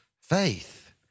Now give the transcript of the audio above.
faith